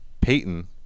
Peyton